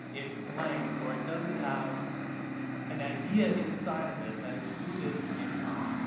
it's blank, or it doesn't have an idea inside of it that is rooted in time.